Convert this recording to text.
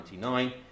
1999